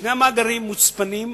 שני המאגרים מוצפנים ומקודדים.